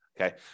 Okay